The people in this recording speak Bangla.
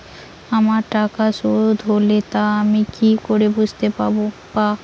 আমার টাকা শোধ হলে তা আমি কি করে বুঝতে পা?